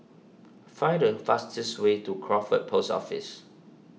find the fastest way to Crawford Post Office